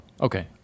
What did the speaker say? Okay